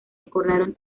acordaron